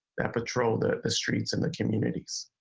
ah patrol the streets and the communities.